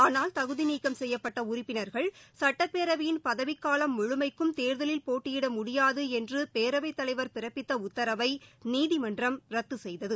ஆனால் தகுதி நீக்கம் செய்யப்பட்ட உறுப்பினர்கள் சுட்டப்பேரவையின் பதவிக்காலம் முழுமைக்கும் தேர்தலில் போட்டியிட முடியாது என்று பேரவைத் தலைவர் பிறப்பித்த உத்தரவை நீதிமன்றம் ரத்து செய்தது